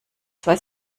zwei